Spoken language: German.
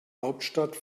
hauptstadt